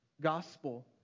gospel